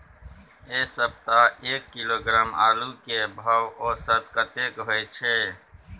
ऐ सप्ताह एक किलोग्राम आलू के भाव औसत कतेक होय छै?